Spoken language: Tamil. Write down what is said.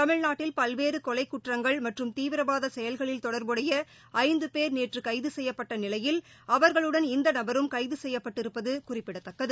தமிழ்நாட்டில் பல்வேறு கொலைக் குற்றங்கள் மற்றும் தீவிரவாத செயல்களில் தொடர்புடைய ஐந்து போ் நேற்று கைது செய்யப்பட்ட நிலையில் அவர்களுடன் இந்த நபரும் கைது செய்யப்பட்டிருப்பது குறிப்பிடத்தக்கது